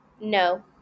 No